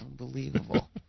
Unbelievable